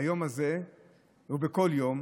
ביום הזה ובכל יום